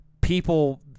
people